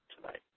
tonight